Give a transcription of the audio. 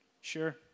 Sure